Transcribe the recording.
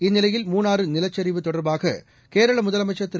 இந்நிலையில் மூணாறு நிலச்சரிவு தொடர்பாக கேரள முதலமைச்சர் திரு